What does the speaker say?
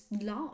laugh